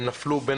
של חברי